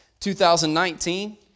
2019